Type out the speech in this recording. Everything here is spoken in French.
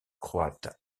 croate